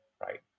right